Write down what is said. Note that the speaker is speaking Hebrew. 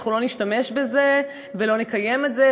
אנחנו לא נשתמש בזה ולא נקיים את זה,